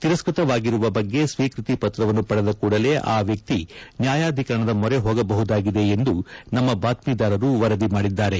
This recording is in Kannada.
ತಿರಸ್ಕ ತವಾಗಿರುವ ಬಗ್ಗೆ ಸ್ವೀಕೃತಿ ಪತ್ರವನ್ನು ಪಡೆದ ಕೂಡಲೇ ಆ ವ್ಯಕ್ತಿ ನ್ಯಾಯಾಧಿಕರಣದ ಮೊರೆ ಹೋಗಬಹುದಾಗಿದೆ ಎಂದು ನಮ್ಮ ಬಾತ್ಮೀದಾರರು ವರದಿ ಮಾಡಿದ್ದಾರೆ